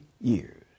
years